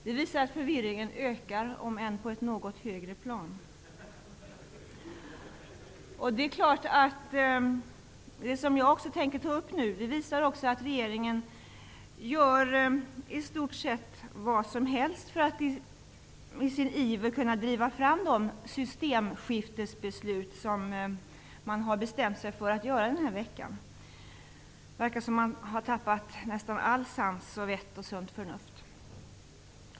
Herr talman! Det visar att förvirringen ökar, om än på ett högre plan. Det som jag tänker ta upp nu visar att regeringen gör i stort sett vad som helst i sin iver att under denna vecka driva fram beslut om systemskiften. Det verkar som om man har tappat all sans, vett och förnuft.